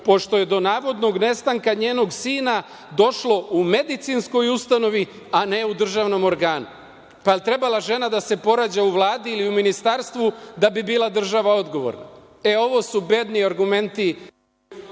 pošto je do navodnog nestanka njenog sina došlo u medicinskoj ustanovi, a ne u državnom organu“.Da li je trebala žena da se porađa u Vladi ili u ministarstvu da bi država bila odgovorna? Ovo su bedni argumenti